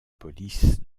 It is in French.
police